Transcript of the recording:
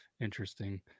interesting